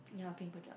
ya pink pajamas